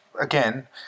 again